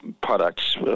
products